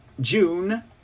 June